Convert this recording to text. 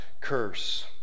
curse